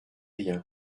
bien